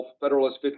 Federalist